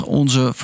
onze